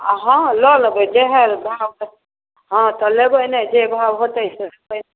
अहँ लऽ लेबै जएह दाम हेतै हँ तऽ लेबै ने जे भाव हेतै से हेतै